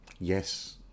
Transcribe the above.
Yes